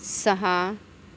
सहा